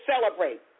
celebrate